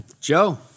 Joe